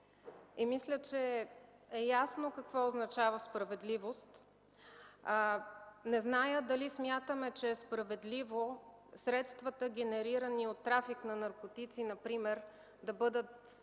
Мисля, че е ясно какво означава справедливост. Не зная дали смятаме, че е справедливо средствата, генерирани от трафик на наркотици, например, да бъдат